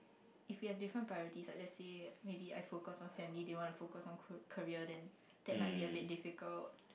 if we have different priorities like let's say maybe I focus on family they want to focus on career then that might be a bit difficult